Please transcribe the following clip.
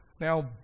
Now